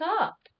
up